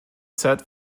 set